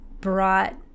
brought